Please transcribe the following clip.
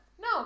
No